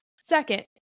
second